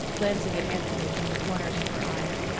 glancing at anthony from the corners of her eyes.